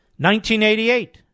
1988